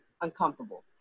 uncomfortable